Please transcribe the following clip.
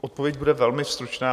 Odpověď bude velmi stručná.